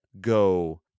go